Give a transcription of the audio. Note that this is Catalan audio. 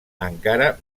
encara